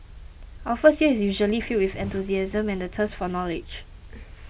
our first year is usually filled with enthusiasm and the thirst for knowledge